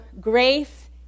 grace